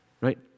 Right